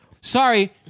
Sorry